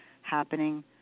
happening